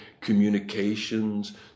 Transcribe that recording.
communications